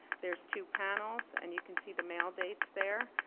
there is two panels and you can see the mail dates there.